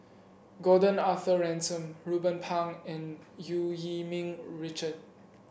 Gordon Arthur Ransome Ruben Pang and Eu Yee Ming Richard